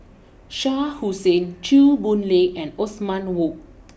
Shah Hussain Chew Boon Lay and Othman Wok